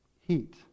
heat